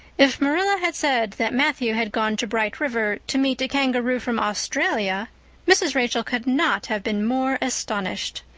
if marilla had said that matthew had gone to bright river to meet a kangaroo from australia mrs. rachel could not have been more astonished.